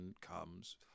comes